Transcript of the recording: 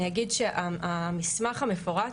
אני אגיד שהמסמך המפורט